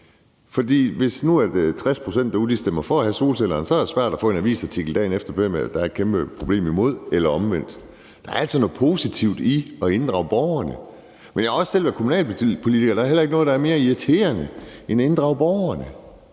For hvis nu 60 pct. derude stemmer for at have solcellerne, er det svært at få en avisartikel dagen efter om, at der er et kæmpeproblem med det – eller omvendt. Der er altså noget positivt i at inddrage borgerne. Men jeg har også selv været kommunalpolitiker, og der er heller ikke noget, der er mere irriterende end at inddrage borgerne,